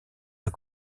pas